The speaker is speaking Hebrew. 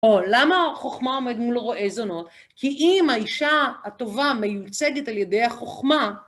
או למה החוכמה עומד מול רועה זונות? כי אם האישה הטובה מיוצגת על ידי החוכמה,